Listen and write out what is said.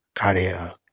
कार्य